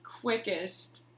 quickest